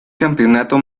campeonato